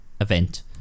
event